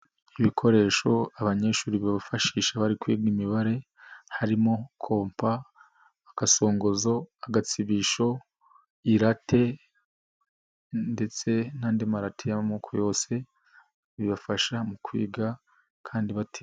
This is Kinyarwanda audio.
Ibikoresho abanyeshuri bifashisha bari kwiga imibare arimo: kompa, agasongozo, agatsibisho, irate ndetse n'andi marati y'amoko yose, bibafasha mu kwiga kandi bati.